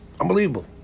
Unbelievable